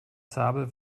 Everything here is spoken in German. zabel